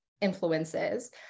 influences